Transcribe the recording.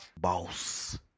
boss